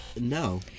No